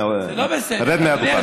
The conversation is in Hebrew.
זה לא בסדר, רד מהדוכן.